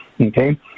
Okay